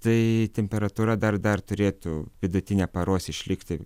tai temperatūra dar dar turėtų vidutinė paros išlikti